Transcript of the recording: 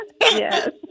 Yes